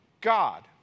God